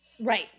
Right